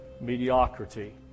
mediocrity